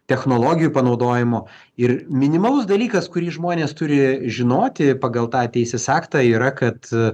technologijų panaudojimo ir minimalus dalykas kurį žmonės turi žinoti pagal tą teisės aktą yra kad